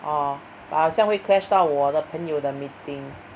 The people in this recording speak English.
哦好像会:ohao xiang hui clash 到我的朋友的 meeting